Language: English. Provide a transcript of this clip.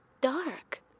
dark